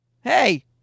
Hey